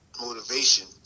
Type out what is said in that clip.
motivation